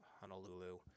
Honolulu